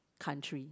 country